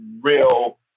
real